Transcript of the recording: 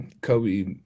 Kobe